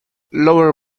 lower